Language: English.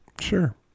Sure